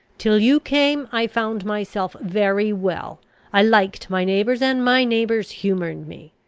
till you came, i found myself very well i liked my neighbours, and my neighbours humoured me.